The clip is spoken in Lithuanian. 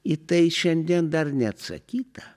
į tai šiandien dar neatsakyta